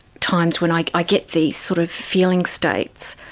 times when i i get these sort of feeling states,